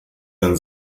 denn